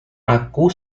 aku